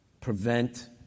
prevent